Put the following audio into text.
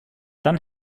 dann